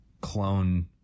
clone